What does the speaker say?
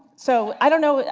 so i don't know,